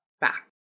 back